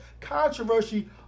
controversy